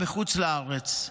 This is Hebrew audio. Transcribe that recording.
בחוץ לארץ.